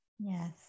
yes